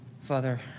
Father